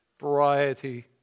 variety